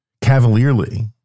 cavalierly